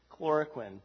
chloroquine